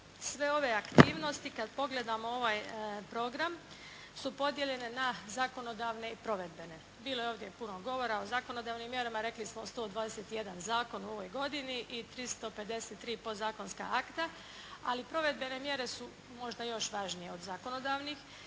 sve ove aktivnosti kad pogledamo ovaj program su podijeljene na zakonodavne i provedbene. Bilo je ovdje i puno govora o zakonodavnim mjerama. Rekli smo 121 zakon u ovoj godini i 353 podzakonska akta, ali provedbene mjere su možda još važnije od zakonodavnih